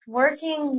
working